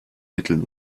mitteln